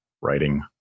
writing